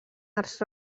arcs